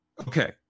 Okay